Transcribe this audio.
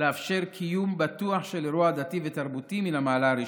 לאפשר קיום בטוח של אירוע דתי ותרבותי מן המעלה הראשונה.